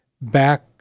back